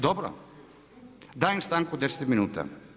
Dobro, dajem stanku 10 minuta.